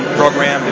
program